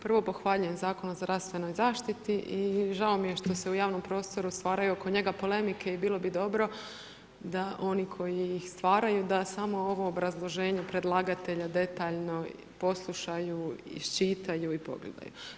Prvo pohvaljujem Zakon o zdravstvenoj zaštiti i žao mi je što se u javnom prostoru stvaraju oko njega polemike i bilo bi dobro da oni koji ih stvaraju, da samo ovo obrazloženju predlagatelja detaljno poslušaju, iščitaju i pogledaju.